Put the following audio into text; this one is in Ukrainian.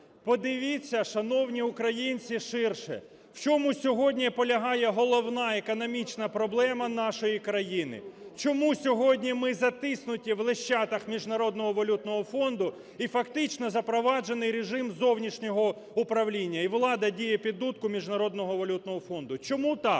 Подивіться, шановні українці, ширше. В чому сьогодні полягає головна економічна проблема нашої країни? Чому сьогодні ми затиснуті в лещатах Міжнародного валютного фонду і фактично запроваджений режим зовнішнього управління, і влада діє під дудку Міжнародного валютного фонду? Чому так?